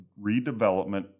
Redevelopment